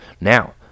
Now